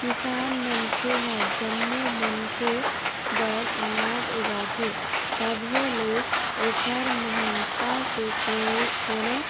किसान मनखे ह जम्मो मनखे बर अनाज उगाथे तभो ले ओखर महत्ता के कोनो